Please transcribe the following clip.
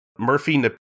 Murphy